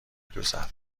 دوزد